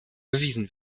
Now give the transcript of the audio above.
bewiesen